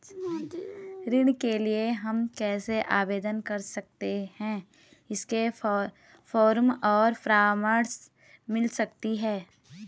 ऋण के लिए हम कैसे आवेदन कर सकते हैं इसके फॉर्म और परामर्श मिल सकती है?